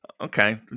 okay